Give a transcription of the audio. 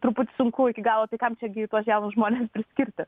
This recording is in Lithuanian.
turbūt sunku iki galo tai kam čia gi tuos jaunus žmones priskirti